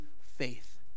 faith